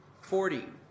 forty